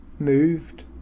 moved